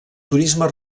turisme